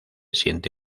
siente